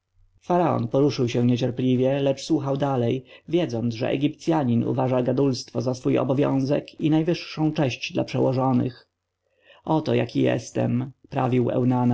poruszył się niecierpliwie lecz słuchał dalej wiedząc że egipcjanin uważa gadulstwo za swój obowiązek i najwyższą cześć dla przełożonych oto jaki jestem prawił eunana